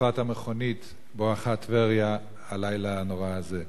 בשרפת המכונית בואך טבריה הלילה הנורא הזה.